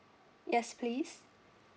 yes please